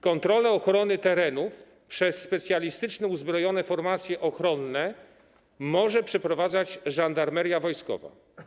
Kontrolę ochrony terenów przez specjalistyczne uzbrojone formacje ochronne może przeprowadzać Żandarmeria Wojskowa.